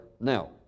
Now